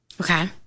Okay